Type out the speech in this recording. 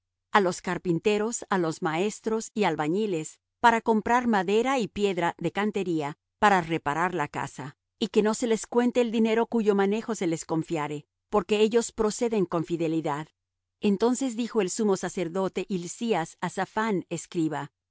a los carpinteros á los maestros y albañiles para comprar madera y piedra de cantería para reparar la casa y que no se les cuente el dinero cuyo manejo se les confiare porque ellos proceden con fidelidad entonces dijo el sumo sacerdote hilcías á saphán escriba